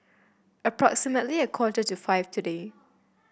approximately a quarter to five today